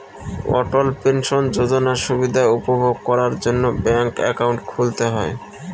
অটল pension যোজনার সুবিধা উপভোগ করার জন্য ব্যাঙ্ক একাউন্ট খুলতে হয়